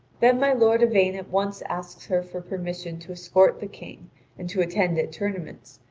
then my lord yvain at once asks her for permission to escort the king and to attend at tournaments,